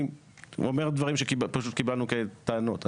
אני אומר דברים שפשוט קיבלנו כטענות.